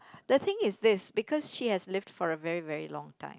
the thing is this because she has lived for a very very long time